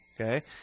Okay